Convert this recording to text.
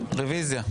רביזיה.